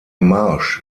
marsch